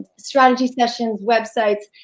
strategy sessions, websites.